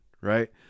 Right